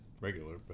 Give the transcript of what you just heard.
regular